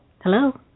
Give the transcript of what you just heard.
Hello